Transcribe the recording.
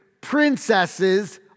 princesses